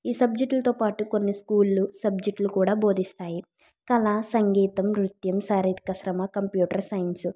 ఈ సబ్జెక్టులతో పాటు కొన్ని స్కూళ్ళు సబ్జెక్టులు కూడా బోధిస్తాయి కళ సంగీతం నృత్యం శారీరక శ్రమ కంప్యూటర్ సైన్స్